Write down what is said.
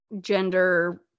gender